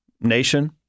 nation